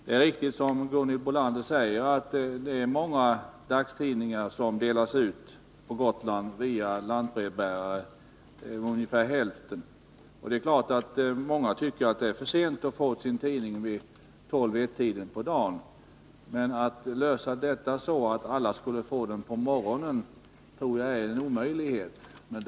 Det är riktigt som Gunhild Bolander säger, att många dagstidningar delas ut på Gotland med lantbrevbärare — ungefär hälften. Och många tycker naturligtvis att det är för sent att få sin tidning vid tolv-ett-tiden på dagen. Men att finna en lösning som innebär att alla kan få den på morgonen tror jag är omöjligt.